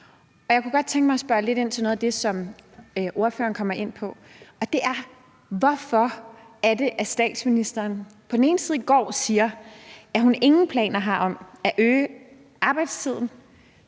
Jeg kunne godt tænke mig at spørge lidt ind til noget af det, som ordføreren kommer ind på: Hvorfor er det, at statsministeren på den ene side går og siger, at hun ingen planer har om at øge arbejdstiden,